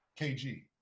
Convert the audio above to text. KG